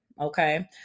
okay